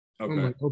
Okay